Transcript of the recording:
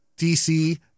DC